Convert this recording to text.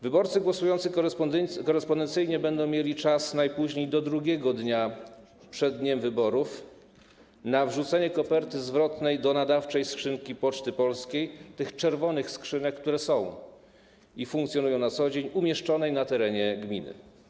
Wyborcy głosujący korespondencyjnie będą mieli czas najpóźniej do 2. dnia przed dniem wyborów na wrzucenie koperty zwrotnej do nadawczych skrzynek Poczty Polskiej, tych czerwonych skrzynek, które są i funkcjonują na co dzień, umieszczonych na terenie gminy.